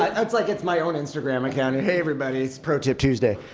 ah it's like it's my own instagram account. hey everybody, it's pro-tip tuesday.